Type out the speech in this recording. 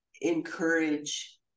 encourage